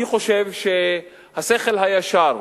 אני חושב שהשכל הישר,